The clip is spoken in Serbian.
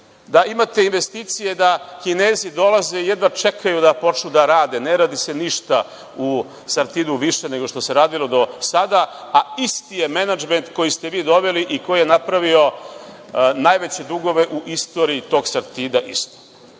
Da imate investicije da Kinezi dolaze, jedva čekaju da počnu da rade. Ne radi se ništa u „Sartidu“ više nego što se radilo do sada, a isti je menadžment koji ste vi doveli i koji je napravio najveće dugove u istoriji tog „Sartida“.Pričali